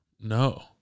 No